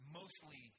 mostly